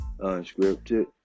Unscripted